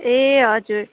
ए हजुर